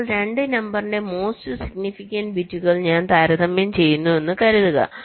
ഇപ്പോൾ 2 നമ്പറിന്റെ most significant ബിറ്റുകൾ ഞാൻ താരതമ്യം ചെയ്യുന്നുവെന്ന് കരുതുക